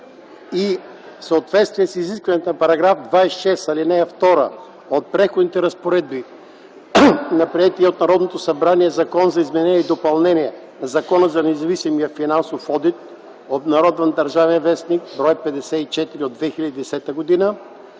в съответствие с изискването на § 26, ал. 2 от Преходните разпоредби на приетия от Народното събрание Закон за изменение и допълнение на Закона за независимия финансов одит, обнародван в „Държавен вестник”, бр. 54 от 2010 г.,